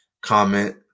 Comment